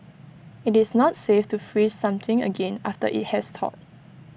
IT is not safe to freeze something again after IT has thawed